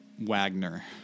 Wagner